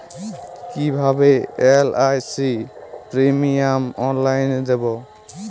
কিভাবে LIC premium অনলাইনে দেবো?